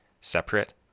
separate